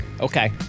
Okay